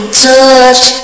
touch